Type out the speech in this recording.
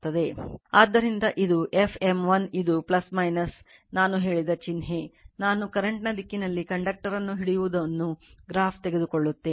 ಆದ್ದರಿಂದ ಇದು F m1 ಇದು ನಾನು ಹೇಳಿದ ಚಿಹ್ನೆ ನಾನು ಕರೆಂಟ್ ನ ದಿಕ್ಕಿನಲ್ಲಿ ಕಂಡಕ್ಟರ್ ಅನ್ನು ಹಿಡಿಯುವುದನ್ನು ಗ್ರಾಫ್ ತೆಗೆದುಕೊಳ್ಳುತ್ತೇನೆ